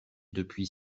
depuis